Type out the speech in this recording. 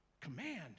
command